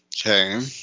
Okay